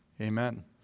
Amen